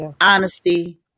honesty